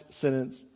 sentence